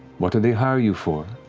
what did they hire you for?